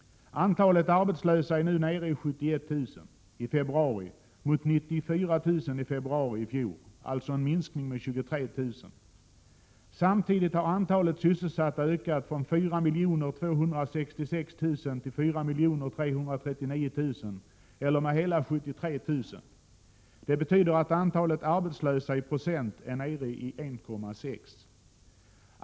Antalet arbetslösa är nu nere i 71 000 i februari mot 94 000 i februari i fjol, alltså en minskning med 23 000. Samtidigt har antalet sysselsatta ökat från 4 266 000 till 4 339 000 eller med hela 73 000. Det betyder att antalet arbetslösa i procent är nere i 1,6.